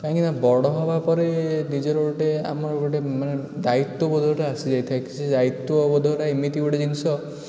କାହିଁକିନା ବଡ଼ ହେବା ପରେ ନିଜର ଗୋଟେ ଆମର ଗୋଟେ ମାନେ ଦାୟିତ୍ୱବୋଧଟା ଆସିଯାଇଥାଏ ସେ ଦାୟିତ୍ୱବୋଧଟା ଏମିତି ଗୋଟେ ଜିନିଷ